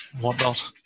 whatnot